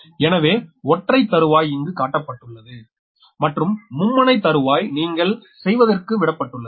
எனவே ஒற்றை தறுவாய் இங்கு காட்டப்பட்டுள்ளது மற்றும் மும்முனை தருவாய் நீங்கள் செய்வதற்கு விடப்பட்டுள்ளது